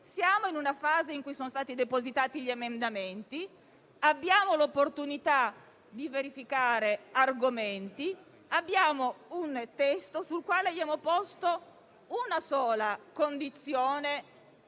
Siamo in una fase in cui sono stati depositati gli emendamenti; abbiamo l'opportunità di verificare argomenti e avviato una discussione su cui abbiamo posto una sola condizione,